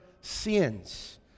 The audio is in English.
sins